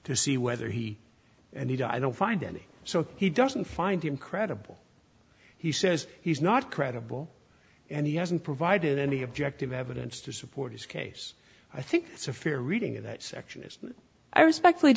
to see whether he and he die don't find any so he doesn't find the incredible he says he's not credible and he hasn't provided any objective evidence to support his case i think it's a fair reading of that section is i respectfully